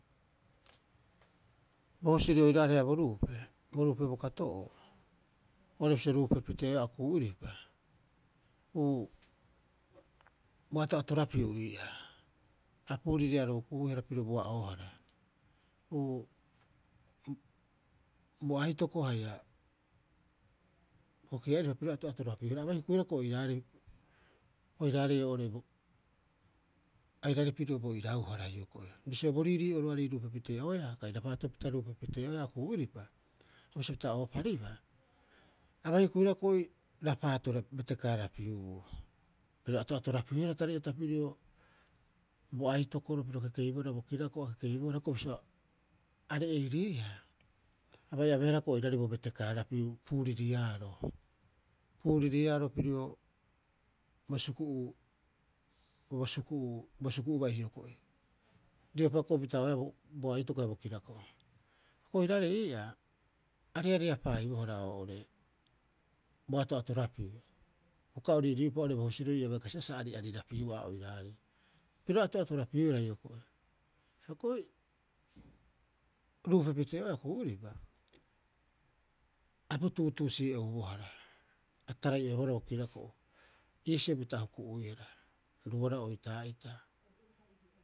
Bo husiri oiraareha bo ruupe bo ruupe bokato'oo. Oo'ore bisio ruupepitee'oeaa okuu'iripa, uu, bo ato'atorapiu ii'aa a puuririaro huihara piro boa'oohara. Uu, bo aitoko haia bo kokia'iripa piro ato'atorapiuiihara. A bai hukuihara hioko'i oiraarei, oiraarei oo'ore airaarei piro bo irauhara hioko'i. Bisio bo riirii'oroarei ruupe pitee'oea kai rapaatopita ruupe pitee'oeaa okuu'iripa, o bisio pita ooparibaa, abai hukuihara hioko'i rapaato betekaarapiubuu. Piro ato'atorapiuihara tari'ata piro bo aitokoro piro kekeibohara bo kirako'o a kekeibohara, hiokoi bisio are'iriia, abai abeehara hiokoi oiraarei bo betekaarapiu puuririaaro. Puririaro pirio bo suku'u bo suku'u bo suku'u bai hioko'i, riopa pita'oeaa bo aitoko haia bo kirako'o. Hioko'i oiraarei ii'aa areareapaaibohara oo'ore bo ato'atorapiu uka o riirii'upa oo'ore bo husirori sa bai kasibaa sa ari'arirapiu'aa oiraarei. Piro ato'atorapiuihara hioko'i. Hioko'i ruupe pitee'oeaa okuu'iripa a bo tuutuusi'e oubohara. A tarai'oebohara bo kirako'o, iisio pita huku'uihara rubarau oitaa'ita.